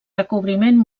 recobriment